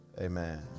Amen